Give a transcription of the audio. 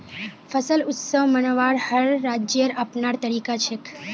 फसल उत्सव मनव्वार हर राज्येर अपनार तरीका छेक